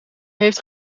heeft